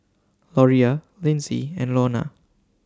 Loria Linsey and Lorna